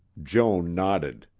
joan nodded.